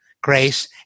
grace